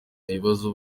ikibazo